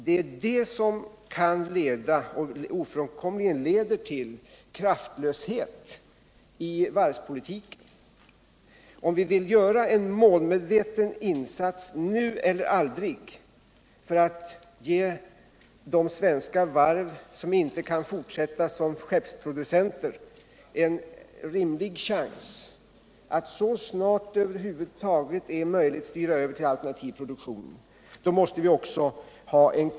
Det leder ofrånkomligen till kraftlöshet i varvspolitiken. En målmetveten insats måste ske nu eller aldrig. De svenska varv som inte kan fortsätta såsom skeppsproducenter måste få en rimlig chans att så snart det över huvud taget är möjligt styra över till alternativ produktion.